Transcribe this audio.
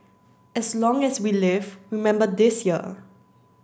as long as we live remember this year